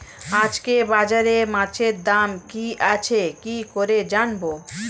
আজকে বাজারে মাছের দাম কি আছে কি করে জানবো?